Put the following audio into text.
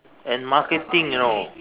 and marketing you know